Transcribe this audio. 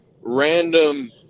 random